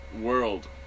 World